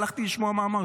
הלכתי לשמוע מה אמרת.